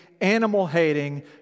animal-hating